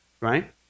right